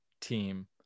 team